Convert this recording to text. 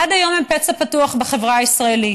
עד היום הם פצע פתוח בחברה הישראלית,